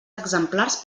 exemplars